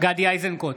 גדי איזנקוט,